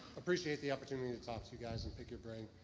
appreciate the opportunity to talk to you guys and pick your brain.